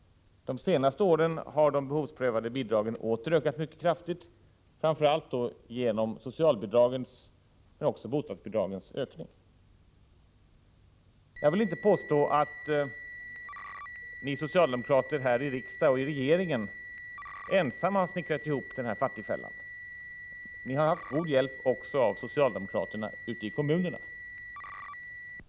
De senaste åren har de behovsprövade bidragen åter ökat mycket kraftigt, framför allt då socialbidragen men också bostadsbidragen. Jag vill inte påstå att ni socialdemokrater i riksdag och regering ensamma har snickrat ihop den här fattigfällan. Ni har haft god hjälp av socialdemokraterna ute i kommunerna.